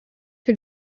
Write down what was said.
que